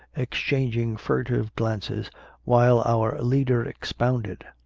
exchanging furtive glances while our leader expounded.